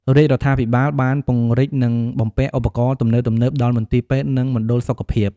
រាជរដ្ឋាភិបាលបានពង្រីកនិងបំពាក់ឧបករណ៍ទំនើបៗដល់មន្ទីរពេទ្យនិងមណ្ឌលសុខភាព។